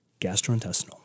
gastrointestinal